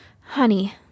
Honey